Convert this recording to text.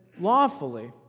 lawfully